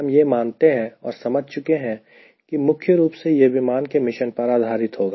हम यह मानते हैं और समझ चुके हैं कि मुख्य रूप से यह विमान के मिशन पर आधारित होगा